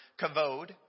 kavod